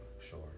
Sure